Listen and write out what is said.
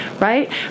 right